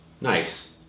nice